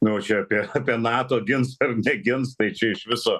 nu čia apie apie nato gins ar negins tai čia iš viso